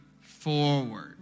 forward